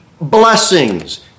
blessings